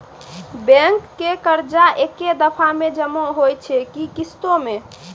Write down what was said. Bank के कर्जा ऐकै दफ़ा मे जमा होय छै कि किस्तो मे?